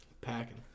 packing